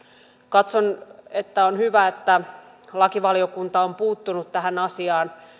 katson että on hyvä että lakivaliokunta on puuttunut tähän asiaan